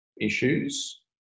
issues